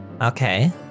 Okay